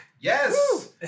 Yes